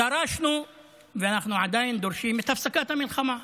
דרשנו ואנחנו עדיין דורשים את הפסקת המלחמה.